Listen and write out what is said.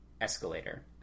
escalator